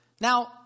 Now